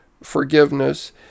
forgiveness